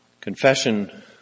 Confession